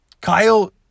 Kyle